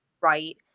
right